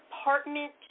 apartment